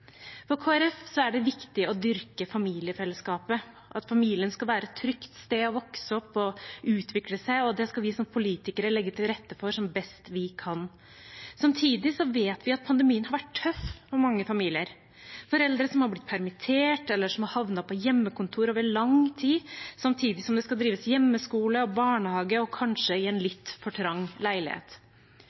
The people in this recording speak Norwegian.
For Kristelig Folkeparti er det viktig å dyrke familiefellesskapet, at familien skal være et trygt sted å vokse opp og utvikle seg, og det skal vi som politikere legge til rette for som best vi kan. Samtidig vet vi at pandemien har vært tøff for mange familier, med foreldre som har blitt permittert, eller som har havnet på hjemmekontor over lang tid, samtidig som det skal drives hjemmeskole og barnehage, og kanskje i en litt for trang leilighet.